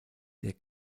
der